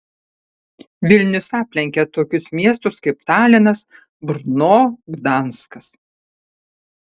vilnius aplenkė tokius miestus kaip talinas brno gdanskas